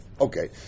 Okay